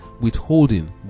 withholding